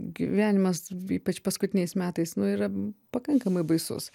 gyvenimas ypač paskutiniais metais nu yra pakankamai baisus